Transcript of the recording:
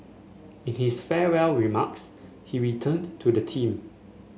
it is farewell remarks he returned to the theme